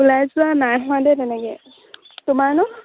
ওলাই যোৱা নাই হোৱা দেই তেনেকৈ তোমাৰ নহ্